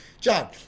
John